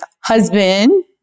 husband